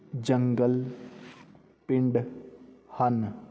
ਜੰਗਲ ਪਿੰਡ ਹਨ